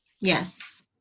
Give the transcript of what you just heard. yes